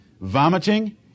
Vomiting